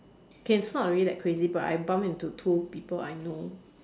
okay it's not really that crazy but I bumped into two people I know